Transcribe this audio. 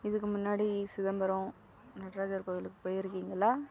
இதுக்கு முன்னாடி சிதம்பரம் நடராஜர் கோவிலுக்கு போயி இருக்கிங்களா